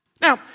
Now